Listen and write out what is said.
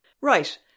Right